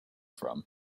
from